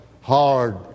hard